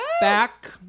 back